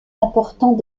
important